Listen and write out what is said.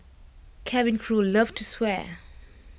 cabin crew love to swear